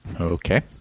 Okay